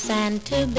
Santa